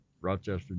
Rochester